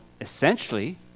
essentially